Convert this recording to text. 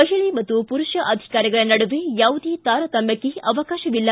ಮಹಿಳೆ ಮತ್ತು ಪುರುಷ ಅಧಿಕಾರಿಗಳ ನಡುವೆ ಯಾವುದೇ ತಾರತಮ್ಯಕ್ಷೆ ಅವಕಾಶ ಇಲ್ಲ